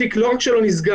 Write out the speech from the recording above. התיק לא רק שלא נסגר,